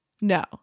No